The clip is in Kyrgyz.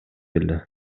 эле